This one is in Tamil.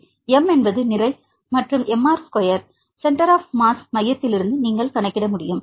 எனவே m என்பது நிறை மற்றும் 2 சென்டர் ஆப் மாஸ் மையத்திலிருந்து நீங்கள் கணக்கிட முடியும்